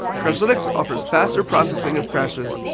crashlytics offers faster processing of crashes,